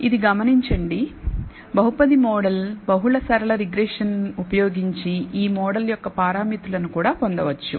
ఇది గమనించండి బహుపది మోడల్ బహుళ సరళ రిగ్రెషన్ ఉపయోగించి ఈ మోడల్ యొక్క పారామితులను కూడా పొందవచ్చు